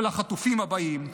של החטופים הבאים,